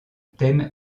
thème